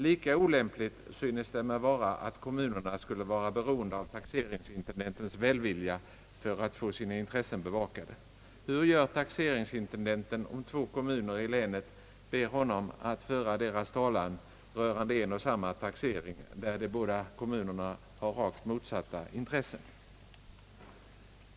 Lika olämpligt synes det mig vara att kommunerna skulle vara beroende av taxeringsintendentens välvilja för att få sina intressen bevakade. Hur gör taxeringsintendenten om två kommuner i länet ber honom att föra deras talan rörande en och samma taxering där de båda kommunerna har rakt motsatta intressen?